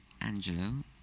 Angelo